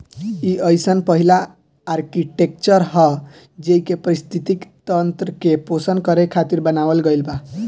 इ अइसन पहिला आर्कीटेक्चर ह जेइके पारिस्थिति तंत्र के पोषण करे खातिर बनावल गईल बा